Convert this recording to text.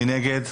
מי נגד?